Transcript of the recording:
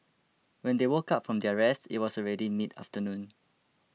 when they woke up from their rest it was already mid afternoon